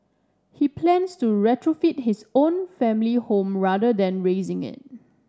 he plans to retrofit his own family home rather than razing it